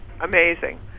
amazing